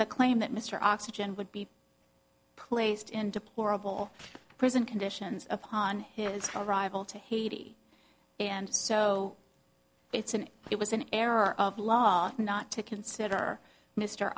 the claim that mr oxygen would be placed in deplorable prison conditions upon his arrival to haiti and so it's an it was an error of law not to consider mr